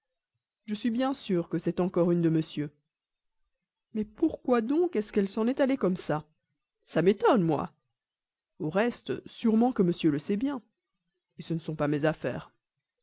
je suis bien sûr que c'en est encore une de monsieur mais pourquoi donc est-ce qu'elle s'en est allée comme ça ça m'étonne moi au reste sûrement que monsieur le sait bien ce ne sont pas mes affaires